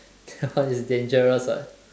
it's dangerous [what]